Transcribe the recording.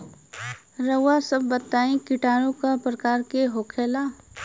रउआ सभ बताई किटाणु क प्रकार के होखेला?